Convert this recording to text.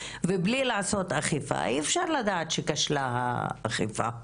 ובלי לעשות אכיפה אי אפשר לדעת שכשלה האכיפה.